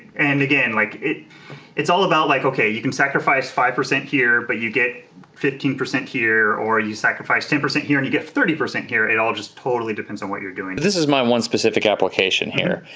and again, like it's all about like okay, you can sacrifice five percent here but you get fifteen percent here or you sacrifice ten percent here and you get thirty percent here. it all just totally depends on what you're doing. this is my one specific application here.